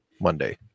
Monday